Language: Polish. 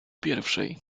pierwszej